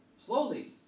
slowly